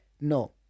No